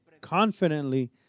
confidently